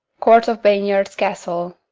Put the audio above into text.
court of baynard's castle.